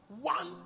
one